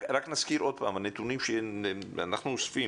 רק נזכיר עוד פעם, הנתונים שאנחנו אוספים,